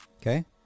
Okay